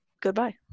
goodbye